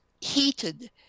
heated